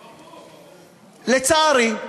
לצערי,